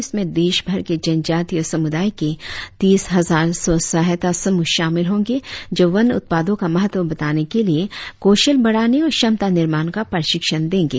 इसमें देशभर के जनजातीय समुदाय के तीस हजार स्व सहायता समूह शामिल होंगे जो वन उत्पादो का महत्व बताने के लिए कौशल बढ़ाने और क्षमता निर्माण का प्रशिक्षण देंगे